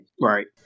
Right